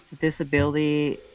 disability